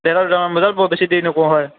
বজাত বৰ বেছি দেৰি নকৰোঁ হয়